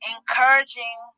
Encouraging